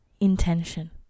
intention